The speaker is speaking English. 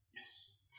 Yes